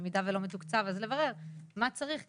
במידה ולא מתוקצב אז לברר מה צריך גם.